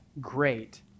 great